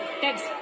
Thanks